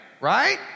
right